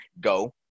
go